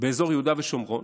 באזור יהודה ושומרון